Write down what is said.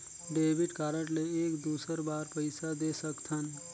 Debit card ले एक दुसर बार पइसा दे सकथन?